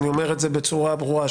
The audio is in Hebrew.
אני אומר את זה בצורה ברורה,